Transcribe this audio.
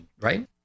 right